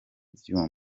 byuma